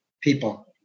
people